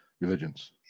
religions